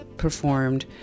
performed